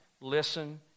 listen